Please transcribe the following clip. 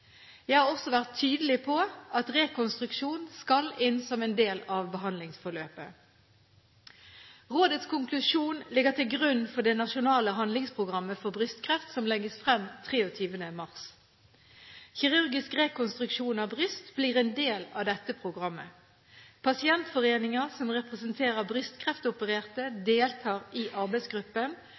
Jeg har også vært tydelig på at rekonstruksjon skal inn som en del av behandlingsforløpet. Rådets konklusjon ligger til grunn for det nasjonale handlingsprogrammet for brystkreft som legges frem 23. mars. Kirurgisk rekonstruksjon av bryst blir en del av dette programmet. Pasientforeninger som representerer brystkreftopererte, deltar i arbeidsgruppen.